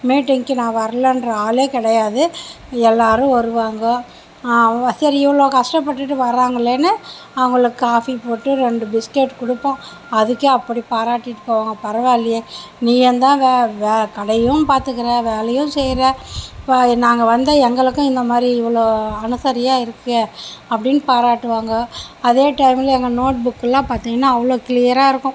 மீட்டிங்குக்கு நான் வரலன்ற ஆளே கிடையாது எல்லோரும் வருவாங்க சரி இவ்வளோ கஷ்டப்பட்டுட்டு வர்றாங்களேன்னு அவங்களுக்கு காஃபி போட்டு ரெண்டு பிஸ்கட் கொடுப்போம் அதுக்கே அப்படி பாராட்டிவிட்டு போவாங்க பரவாயில்லையே நீயுந்தான் கடையும் பார்த்துக்குற வேலையும் செய்கிற நாங்கள் வந்தால் எங்களுக்கும் இந்த மாதிரி இவ்வளோ அனுசரிணையா இருக்க அப்படின்னு பாராட்டுவாங்க அதே டயமில் எங்கள் நோட்புக் எல்லாம் பார்த்தீங்கன்னா அவ்வளோ க்ளியராக இருக்கும்